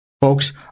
Folks